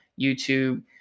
YouTube